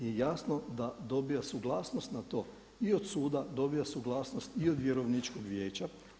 I jasno da dobija suglasnost na to i od suda dobija suglasnost i od vjerovničkog vijeća.